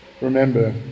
Remember